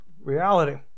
reality